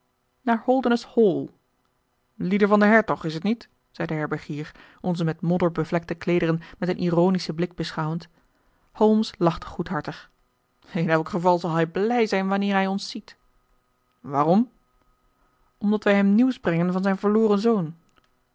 naar holdernesse hall lieden van den hertog is het niet zei de herbergier onze met modder bevlekte kleederen met een ironischen blik beschouwend illustratie met moeite hinkte hij tot aan de deur holmes lachte goedhartig in elk geval zal hij blij zijn wanneer hij ons ziet waarom omdat wij hem nieuws brengen van zijn verloren zoon